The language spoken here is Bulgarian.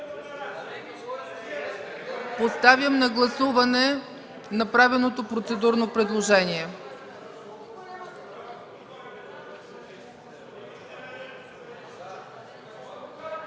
Поставям на гласуване направеното процедурно предложение.